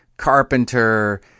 Carpenter